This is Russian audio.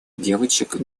девочек